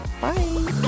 Bye